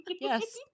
Yes